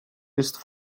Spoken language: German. ist